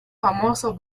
famoso